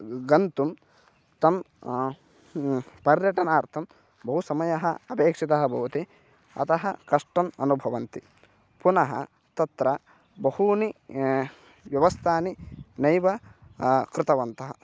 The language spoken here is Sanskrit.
गन्तुं तं पर्यटनार्थं बहुसमयः अपेक्षितः भवति अतः कष्टम् अनुभवन्ति पुनः तत्र बहूनि व्यवस्थानि नैव कृतवन्तः